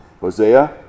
Hosea